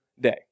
day